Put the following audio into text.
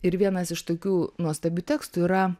ir vienas iš tokių nuostabių tekstų yra